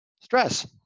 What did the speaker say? stress